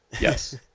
Yes